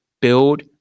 Build